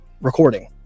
recording